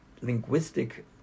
linguistic